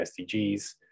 SDGs